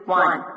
one